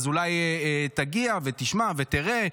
אז אולי תגיע ותשמע ותראה?